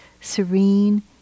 serene